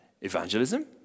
evangelism